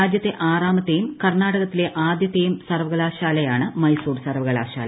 രാജ്യത്തെ ആറാമത്തെയും കർണ്ണാടകത്തിലെ ആദ്യത്തെയും സർവകലാശാലയാണ് മൈസൂർ സർവകലാശാല